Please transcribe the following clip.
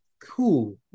Cool